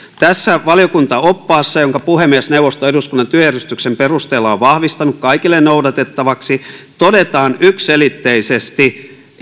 tässä valiokuntaoppaassa jonka puhemiesneuvosto eduskunnan työjärjestyksen perusteella on vahvistanut kaikille noudatettavaksi todetaan yksiselitteisesti